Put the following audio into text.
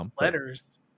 letters